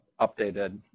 updated